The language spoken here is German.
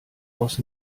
aufs